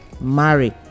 marry